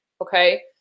okay